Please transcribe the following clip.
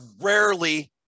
rarely